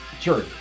Sure